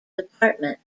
department